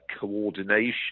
coordination